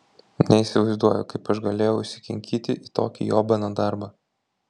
neįsivaizduoju kaip aš galėjau įsikinkyti į tokį jobaną darbą